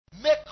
make